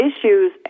issues